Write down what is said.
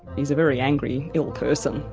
he's a very angry little person,